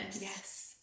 Yes